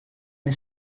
uma